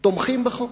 תומכים בחוק.